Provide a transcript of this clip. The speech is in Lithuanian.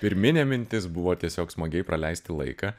pirminė mintis buvo tiesiog smagiai praleisti laiką